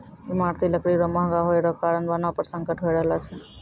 ईमारती लकड़ी रो महगा होय रो कारण वनो पर संकट होय रहलो छै